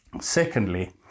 Secondly